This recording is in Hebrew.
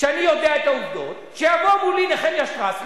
הנכדות שלי והנכדים שלי לומדים בבית-ספר,